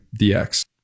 DX